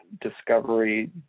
discovery